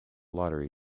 lottery